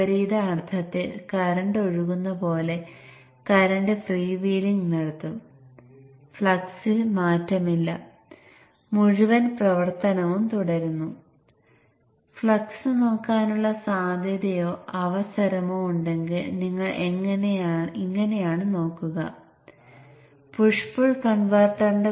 സ്വിച്ചുകളിലെ വോൾടേജുകളും Vin ആണ്